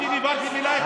לא אמרתי אפילו מילה.